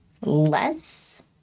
less